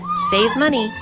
save money,